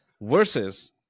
versus